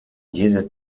dieser